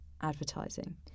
advertising